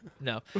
No